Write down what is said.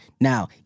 Now